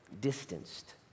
distanced